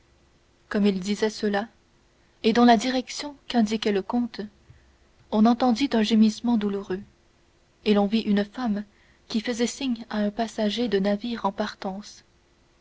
comme il disait cela et dans la direction qu'indiquait le comte on entendit un gémissement douloureux et l'on vit une femme qui faisait signe à un passager du navire en partance